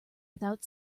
without